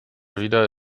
wieder